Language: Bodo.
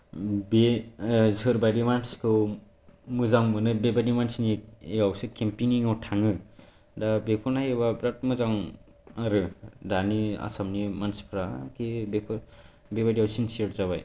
बे सोरबायदि मानसिखौ मोजां मोनो बेबायदि मानसिनि बेयावसो केम्पिनिङाव थाङो दा बेखौ नायोबा बिरात मोजां आरो दानि आसामनि मानसिफ्रा कि बेफोर बेबायदिआव सिनसियार जाबाय